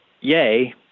yay